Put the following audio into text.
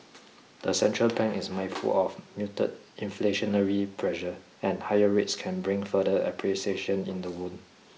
the central bank is mindful of muted inflationary pressure and higher rates can bring further appreciation in the won